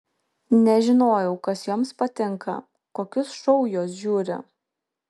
nežinojau kas joms patinka kokius šou jos žiūri